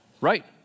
right